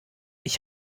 ich